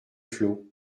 flots